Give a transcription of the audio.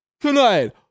Tonight